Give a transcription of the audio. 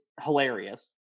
hilarious